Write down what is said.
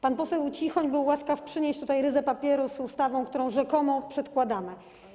Pan poseł Cichoń był łaskaw przynieść tutaj ryzę papieru z ustawą, którą rzekomo przedkładamy.